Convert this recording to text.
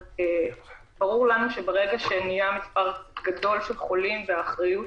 ברור לנו שברגע שנהיה מספר גדול של חולים והאחריות